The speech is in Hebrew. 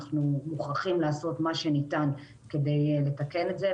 אנחנו מוכרחים לעשות מה שניתן כדי לתקן את זה,